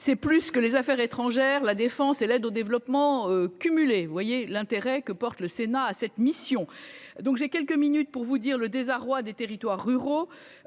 c'est plus que les affaires étrangères, la défense et l'aide au développement cumulés, vous voyez l'intérêt que porte le Sénat à cette mission, donc j'ai quelques minutes pour vous dire le désarroi des territoires ruraux